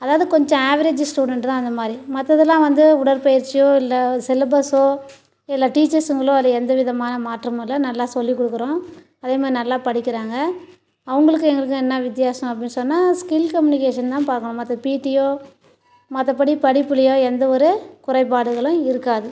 அதாது கொஞ்சோம் average student தான் அந்தமாதிரி மற்றதுலா வந்து உடற்பயிற்சியோ இல்லை சிலபஸ்ஸோ இல்லை டீச்சர்ஸுங்களோ அது எந்த விதமான மாற்றமும் இல்லை நல்லா சொல்லிக் கொடுக்குறோம் அதேமாதிரி நல்லா படிக்கிறாங்க அவங்களுக்கும் எங்களுக்கும் என்ன வித்தியாசம் அப்படின் சொன்னால் ஸ்கில் கம்னிகேஷன் தான் பார்க்கனும் மற்ற பீட்டியோ மற்றபடி படிப்புலேயோ எந்த ஒரு குறைபாடுகளும் இருக்காது